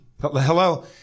Hello